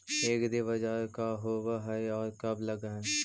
एग्रीबाजार का होब हइ और कब लग है?